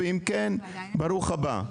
ואם כן ברוך הבא.